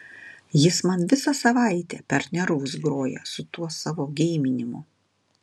jis man visą savaitę per nervus groja su tuo savo geiminimu